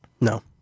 No